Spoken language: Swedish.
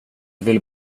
vill